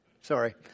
Sorry